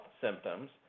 symptoms